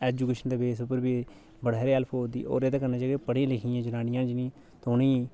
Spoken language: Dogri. ऐजूकेशन दे बेस उप्पर बी बड़ी हारी हेल्प होआ दी होर एह्दे कन्नै जेह्ड़ी पढ़ी लिखी दी जनानियां न जि'नेंगी ते उ'नेंगी